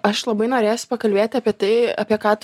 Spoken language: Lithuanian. aš labai norėsiu pakalbėti apie tai apie ką tu